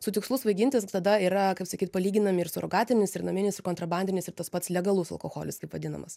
su tikslu svaigintis tada yra kaip sakyt palyginami ir surogatinis ir naminis ir kontrabandinis ir tas pats legalus alkoholis taip vadinamas